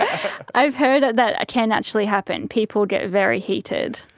um i've heard that can actually happen, people get very heated.